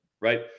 right